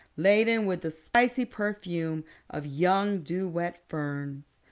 laden with the spicy perfume of young dew-wet ferns.